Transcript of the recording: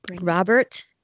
Robert